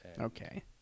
Okay